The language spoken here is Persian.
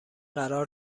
قرار